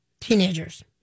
Teenagers